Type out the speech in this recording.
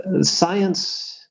science